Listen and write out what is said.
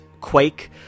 quake